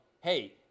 hey